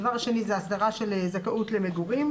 הדבר השני זה הסדרה של זכאות למגורים,